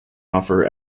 offer